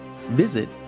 Visit